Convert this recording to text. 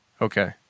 Okay